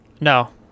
No